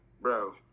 bro